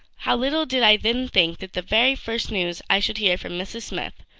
how little did i then think that the very first news i should hear from mrs. smith,